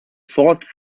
fourth